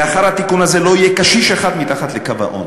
לאחר התיקון הזה לא יהיה קשיש אחד מתחת לקו העוני.